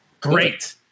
Great